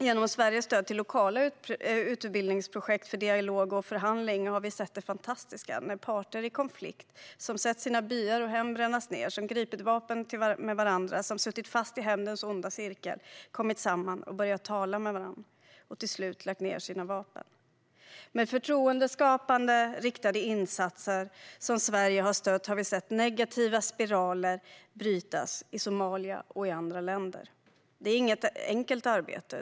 Genom Sveriges stöd till lokala utbildningsprojekt för dialog och förhandling har vi sett det fantastiska hur parter i konflikt, som sett sina byar och hem brännas ned, som tillgripit vapen mot varandra och som suttit fast i hämndens onda cirkel, har kommit samman och börjat tala med varandra och till slut lagt ned sina vapen. Med förtroendeskapande riktade insatser som Sverige har stött har vi sett negativa spiraler brytas i Somalia och i andra länder. Det är inget enkelt arbete.